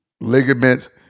Ligaments